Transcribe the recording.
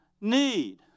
need